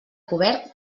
cobert